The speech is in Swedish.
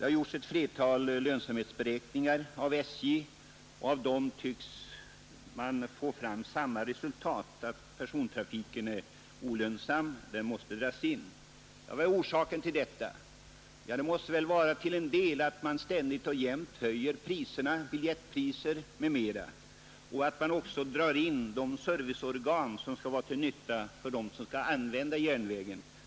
SJ har gjort ett flertal lönsamhetsberäkningar och dessa tycks ge samma resultat, nämligen att persontrafiken är olönsam och måste dras in. Vad är då orsaken till detta? Till en del måste det vara att man ständigt höjer biljettpriserna och att man drar in de serviceorgan, som skall vara till nytta för dem som skall använda järnvägen.